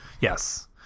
yes